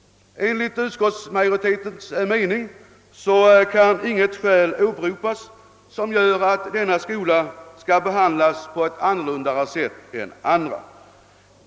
Enligt utskottsmajoritetens uppfattning kan inget skäl åberopas för att denna skola skall behandlas annorlunda än andra skolor.